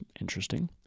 interesting